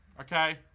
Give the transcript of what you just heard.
Okay